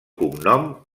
cognom